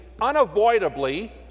unavoidably